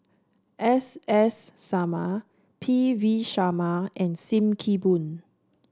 S S Sarma P V Sharma and Sim Kee Boon